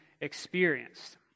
experienced